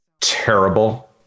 terrible